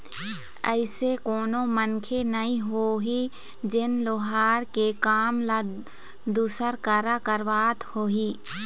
अइसे कोनो मनखे नइ होही जेन लोहार के काम ल दूसर करा करवात होही